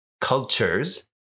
cultures